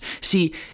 See